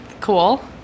Cool